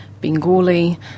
Bengali